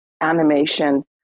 animation